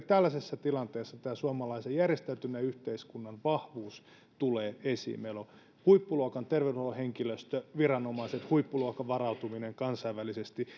tällaisessa tilanteessa suomalaisen järjestäytyneen yhteiskunnan vahvuus tulee esiin meillä on huippuluokan terveydenhuollon henkilöstö viranomaiset huippuluokan varautuminen kansainvälisesti